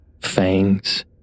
fangs